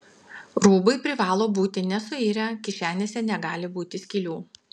rūbai privalo būti nesuirę kišenėse negali būti skylių